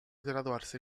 graduarse